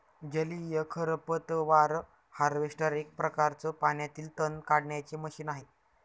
जलीय खरपतवार हार्वेस्टर एक प्रकारच पाण्यातील तण काढण्याचे मशीन आहे